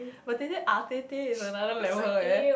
but they said is another level eh